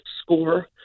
score